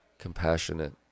compassionate